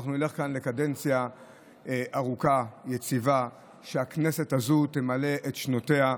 שאנחנו נלך לקדנציה ארוכה ויציבה ושהכנסת הזו תמלא את שנותיה.